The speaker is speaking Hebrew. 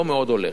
לא מאוד הולך,